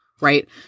Right